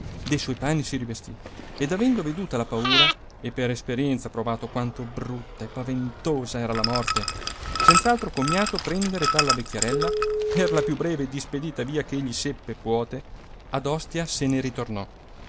de suoi panni si rivestì ed avendo veduta la paura e per esperienza provato quanto brutta e paventosa era la morte senza altro commiato prendere dalla vecchiarella per la più breve ed ispedita via eh egli seppe e puote ad ostia se ne ritornò